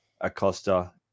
Acosta